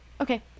Okay